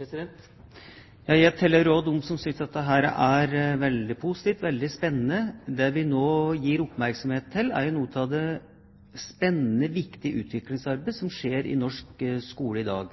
form. Jeg tilhører også dem som synes dette er veldig positivt og spennende. Det vi nå gir oppmerksomhet til, er noe av det spennende og viktige utviklingsarbeidet som skjer i norsk skole i dag.